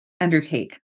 undertake